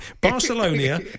Barcelona